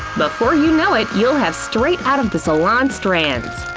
before you know it, you'll have straight-out-of-the-salon strands!